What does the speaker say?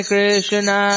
Krishna